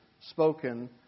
spoken